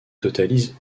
totalise